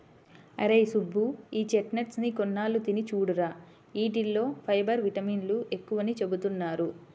అరేయ్ సుబ్బు, ఈ చెస్ట్నట్స్ ని కొన్నాళ్ళు తిని చూడురా, యీటిల్లో ఫైబర్, విటమిన్లు ఎక్కువని చెబుతున్నారు